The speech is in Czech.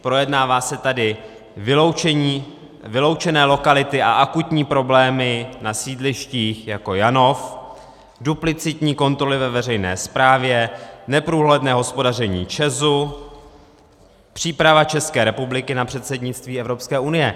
Projednávají se tady vyloučené lokality a akutní problémy na sídlištích jako Janov, duplicitní kontroly ve veřejné správě, neprůhledné hospodaření ČEZu, příprava České republiky na předsednictví Evropské unie.